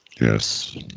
Yes